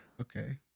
Okay